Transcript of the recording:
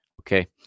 Okay